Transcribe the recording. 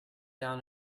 down